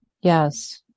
Yes